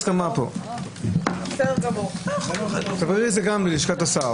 חמש דקות הפסקה.